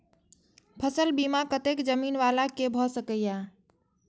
फसल बीमा कतेक जमीन वाला के भ सकेया?